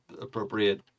appropriate